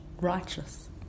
righteous